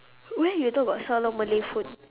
where you thought got sell malay food